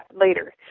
later